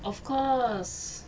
of course